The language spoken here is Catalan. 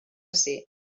ser